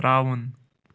ترٛاوُن